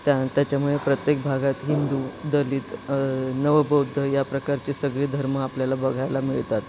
त्या त्याच्यामुळे प्रत्येक भागात हिंदू दलित नवबौद्ध या प्रकारचे सगळे धर्म आपल्याला बघायला मिळतात